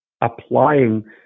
applying